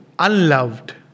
Unloved